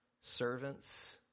Servants